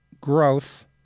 growth